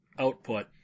output